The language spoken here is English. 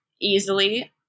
easily